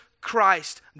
Christ